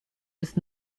ist